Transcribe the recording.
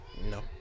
No